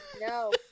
No